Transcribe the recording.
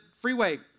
freeway